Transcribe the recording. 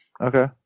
Okay